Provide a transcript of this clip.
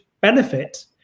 benefit